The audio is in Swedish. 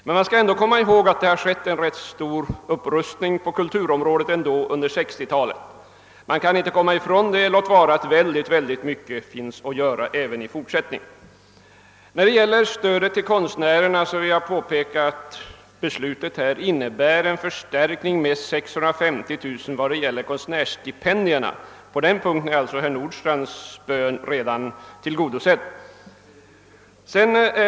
Man måste ändå komma ihåg att det trots allt skett en rätt betydande upprustning på kuiturområdet under 1960-talet, låt vara att det finns mycket att göra även i fortsättningen. Beträffande stödet till konstnärerna vill jag påpeka att förslaget innebär en förstärkning med 650 000 kronor i vad avser stipendierna, på den punkten är alltså herr Nordstrandhs önskan redan uppfylld.